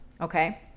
okay